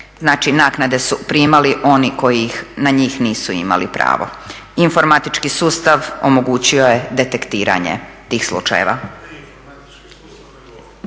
naknade su primali oni koji na njih nisu imali pravo. Informatički sustav omogućio je detektiranje tih slučajeva.